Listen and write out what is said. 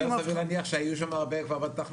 יותר סביר להניח שהיו שם כבר הרבה בתחלואה.